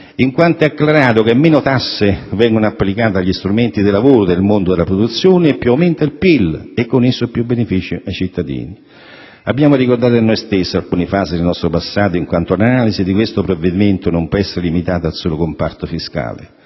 in quanto è acclarato che meno tasse vengono applicate agli strumenti di lavoro del mondo della produzione e più aumenta il PIL, e con esso più benefici ai cittadini. Abbiamo ricordato a noi stessi alcune fasi del nostro passato in quanto l'analisi di questo provvedimento non può essere limitata al solo comparto fiscale.